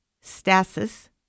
stasis